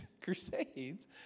crusades